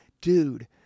dude